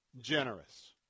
generous